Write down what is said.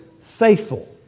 faithful